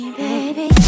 baby